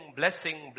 blessing